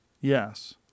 Yes